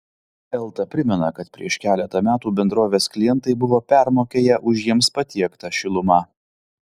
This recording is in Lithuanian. elta primena kad prieš keletą metų bendrovės klientai buvo permokėję už jiems patiektą šilumą